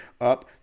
up